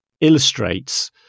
illustrates